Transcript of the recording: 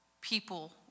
people